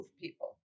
people